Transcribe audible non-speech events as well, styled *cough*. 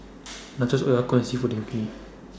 *noise* Nachos Okayu Seafood Linguine